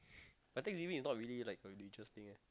I think maybe it's not really like a religious thing eh